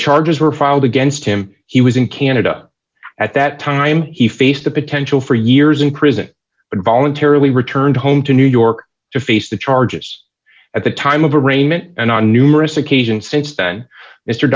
charges were filed against him he was in canada at that time he faced the potential for years in prison but voluntarily returned home to new york to face the charges at the time of arraignment and on numerous occasions since then mr